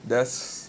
that's